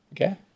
Okay